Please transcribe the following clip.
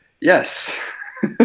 Yes